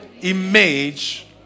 image